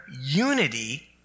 unity